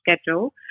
schedule